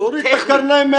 תוריד את הקרניים מהעז.